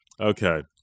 okay